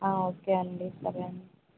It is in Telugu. ఓకే అండి సరే అండి